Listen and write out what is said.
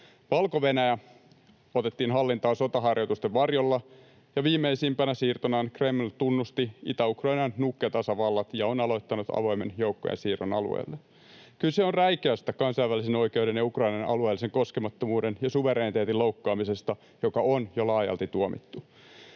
Valko-Venäjä otettiin hallintaan sotaharjoitusten varjolla, ja viimeisimpänä siirtonaan Kreml tunnusti Itä-Ukrainan nukketasavallat ja on aloittanut avoimen joukkojen siirron alueelle. Kyse on räikeästä kansainvälisen oikeuden ja Ukrainan alueellisen koskemattomuuden ja suvereniteetin loukkaamisesta, joka on jo laajalti tuomittu.